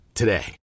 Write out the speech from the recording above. today